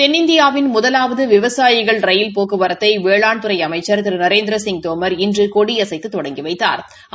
தென்னிந்தியாவின் முதலாவது விவசாயிகள் ரயில் போக்குவரத்தை வேளாண்துறை அமைச்சர் திரு நரேந்திரசிங் தோம் இன்று கொடியசைத்து தொடங்கி வைத்தாா்